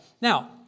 Now